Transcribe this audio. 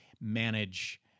manage